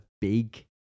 big